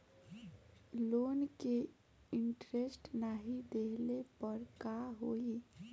Loan के interest नाही देहले पर का होई?